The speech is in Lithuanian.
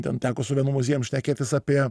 ten teko su vienu muziejum šnekėtis apie